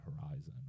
horizon